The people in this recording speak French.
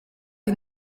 que